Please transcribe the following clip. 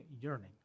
yearning